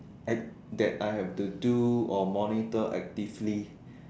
that I have to do or monitor actively